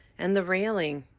and the railing.